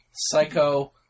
Psycho